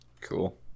Cool